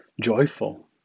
joyful